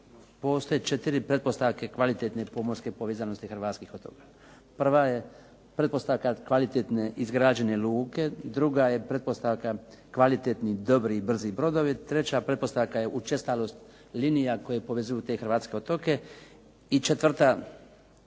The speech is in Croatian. postoje četiri pretpostavke kvalitetne pomorske povezanosti hrvatskih otoka. Prva je pretpostavka kvalitetne izgrađene luke. Druga je pretpostavka kvalitetni, dobri i brzi brodovi. Treća pretpostavka je učestalost linija koje povezuju te hrvatske otoke. I četvrta